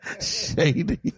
Shady